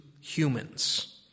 humans